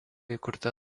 įkurta